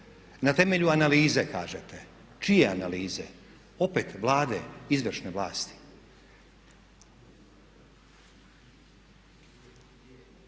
Na temelju analize kažete. Čije analize? Opet Vlade, izvršne vlasti.